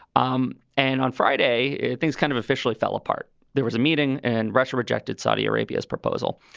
um and on friday, things kind of officially fell apart. there was a meeting and russia rejected saudi arabia's proposal.